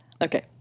Okay